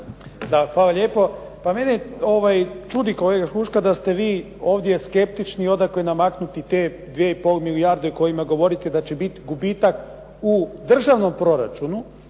Da hvala lijepo. Pa mene čudi kolega Huška da ste vi ovdje skeptični odakle namaknuti te dvije i pol milijarde o kojima govorite da će biti gubitak u državnom proračunu,